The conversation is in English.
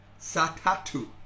satatu